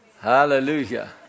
Hallelujah